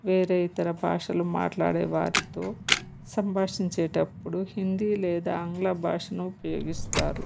వేరే ఇతర భాషలు మాట్లాడే వారితో సంభాషించేటప్పుడు హిందీ లేదా ఆంగ్ల భాషను ఉపయోగిస్తారు